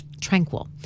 tranquil